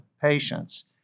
patients